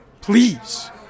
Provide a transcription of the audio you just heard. Please